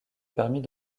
permis